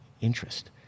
interest